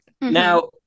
now